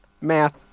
math